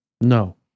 No